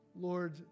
lord